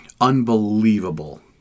unbelievable